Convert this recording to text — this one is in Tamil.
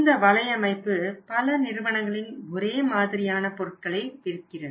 இந்த வலையமைப்பு பல நிறுவனங்களின் ஒரே மாதிரியான பொருட்களை விற்கிறது